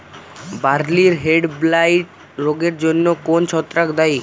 বার্লির হেডব্লাইট রোগের জন্য কোন ছত্রাক দায়ী?